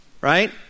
right